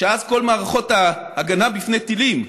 שאז כל מערכות ההגנה בפני טילים,